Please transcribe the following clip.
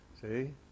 See